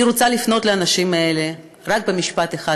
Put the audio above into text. אני רוצה לפנות לאנשים האלה רק במשפט אחד,